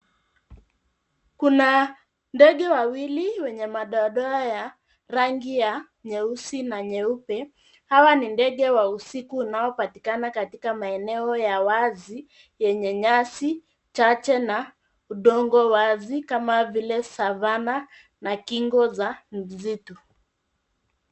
Kuna ndege wawili wenye madoadoa ya rangi ya nyeusi na nyeupe. Hawa ni ndege wa usiku wanaopatika katika maeneo ya wazi, yenye nyasi chache na udongo wazi kama vile Savanna na kingo za msitu.